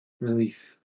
Relief